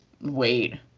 wait